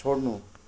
छोड्नु